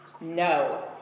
No